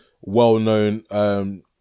well-known